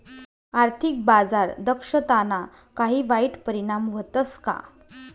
आर्थिक बाजार दक्षताना काही वाईट परिणाम व्हतस का